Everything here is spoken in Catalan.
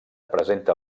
presenta